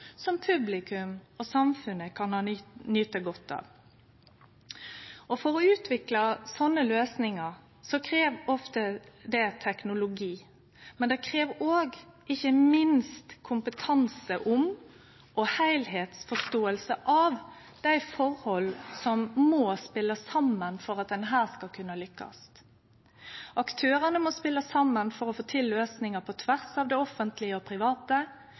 som publikum og samfunnet kan nyte godt av. Å utvikle sånne løysingar krev ofte teknologi, men ikkje minst krev det òg kompetanse om og heilskapsforståing av dei forholda som må spele saman for at ein her skal kunne lykkast: Aktørane må spele saman for å få til løysingar på tvers av det offentlege og private.